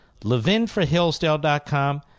LevinforHillsdale.com